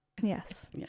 Yes